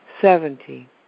Seventy